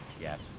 Yes